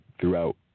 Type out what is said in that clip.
throughout